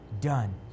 done